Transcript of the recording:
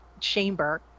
chamber